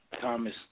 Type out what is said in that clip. Thomas